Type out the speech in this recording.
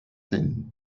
denn